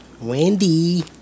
Wendy